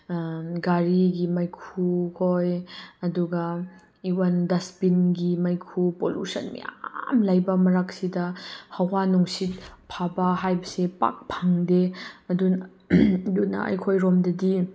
ꯒꯥꯔꯤꯒꯤ ꯃꯩꯈꯨ ꯈꯣꯏ ꯑꯗꯨꯒ ꯏꯕꯟ ꯗꯁꯕꯤꯟꯒꯤ ꯃꯩꯈꯨ ꯄꯨꯂꯨꯁꯟ ꯃꯌꯥꯝ ꯂꯩꯕ ꯃꯔꯛꯁꯤꯗ ꯍꯋꯥ ꯅꯨꯡꯁꯤꯠ ꯐꯕ ꯍꯥꯏꯕꯁꯦ ꯄꯥꯛ ꯐꯪꯗꯦ ꯑꯗꯨꯅ ꯑꯩꯈꯣꯏ ꯔꯣꯝꯗꯗꯤ